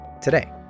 today